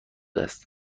است